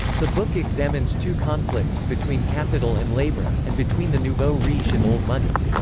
the book examines two conflicts between capital and labor, and between the nouveau riche and old money.